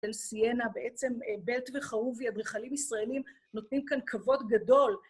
של סיינה, בעצם בלט וחרובי, אדריכלים ישראלים, נותנים כאן כבוד גדול.